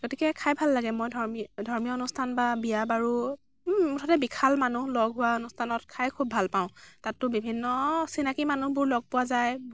গতিকে খাই ভাল লাগে মই ধৰ্মী ধৰ্মীয় অনুষ্ঠান বা বিয়া বাৰু ওম মুঠতে বিশাল মানুহ লগ হোৱা অনুষ্ঠানত খাই খুব ভাল পাওঁ তাতটো বিভিন্ন চিনাকি মানুহবোৰ লগ পোৱা যায়